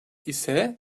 ise